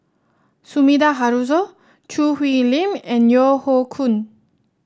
Sumida Haruzo Choo Hwee Lim and Yeo Hoe Koon